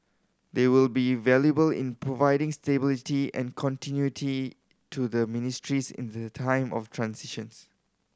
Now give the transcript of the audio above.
they will be valuable in providing stability and continuity to their ministries in the time of transitions